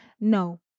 No